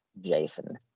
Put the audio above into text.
jason